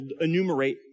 enumerate